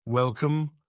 Welcome